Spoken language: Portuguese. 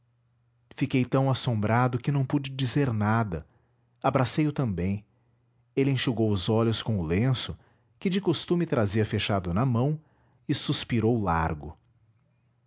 fiquei tão assombrado que não pude dizer nada abracei o também ele enxugou os olhos com o lenço que de costume trazia fechado na mão e suspirou largo